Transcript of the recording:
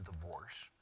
divorce